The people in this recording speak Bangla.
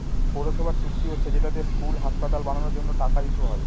পৌরসভার চুক্তি হচ্ছে যেটা দিয়ে স্কুল, হাসপাতাল বানানোর জন্য টাকা ইস্যু হয়